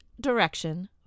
direction